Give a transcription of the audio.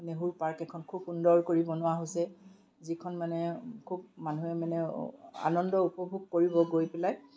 Nehru park এখন খুব সুন্দৰ কৰি বনোৱা হৈছে যিখন মানে খুব মানুহে মানে আনন্দ উপভোগ কৰিব গৈ পেলাই